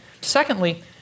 Secondly